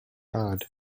odd